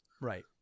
Right